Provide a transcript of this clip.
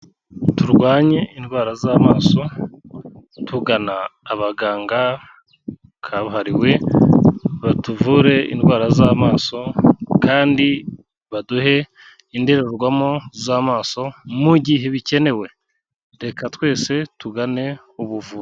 Turwanye indwara z'amaso, tugana abaganga kabuhariwe, batuvure indwara z'amaso kandi baduhe indorerwamo z'amaso mu gihe bikenewe. Reka twese tugane ubuvuzi.